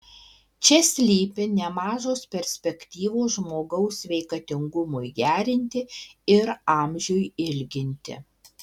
čia slypi nemažos perspektyvos žmogaus sveikatingumui gerinti ir amžiui ilginti